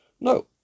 No